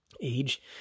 age